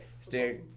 Stay